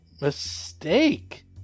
Mistake